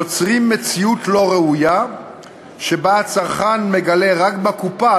יוצרים מציאות לא ראויה שבה הצרכן מגלה רק בקופה,